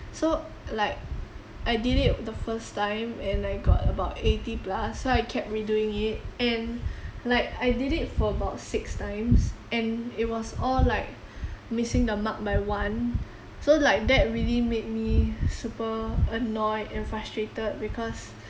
so like I did it the first time and I got about eighty plus so I kept redoing it and like I did it for about six times and it was all like missing the mark by one so like that really made me super annoyed and frustrated because